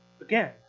again